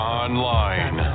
online